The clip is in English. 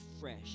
fresh